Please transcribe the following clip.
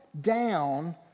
down